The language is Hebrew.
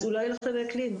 אז הוא לא ילך לבית לין,